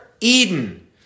Eden